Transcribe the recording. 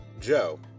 Joe